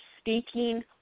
speaking